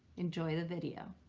enjoy the video.